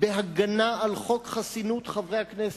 בהגנה על חוק חסינות חברי הכנסת,